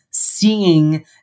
seeing